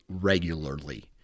regularly